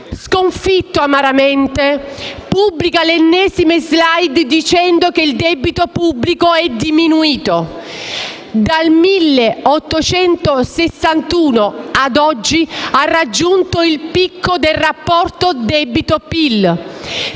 sconfitto, pubblica le ennesime *slide* dicendo che il debito pubblico è diminuito: dal 1871 a oggi abbiamo raggiunto il picco del rapporto debito-PIL,